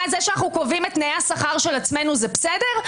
זה שאנו קובעים את תנאי השכר של עצמנו זה בסדר?